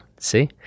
See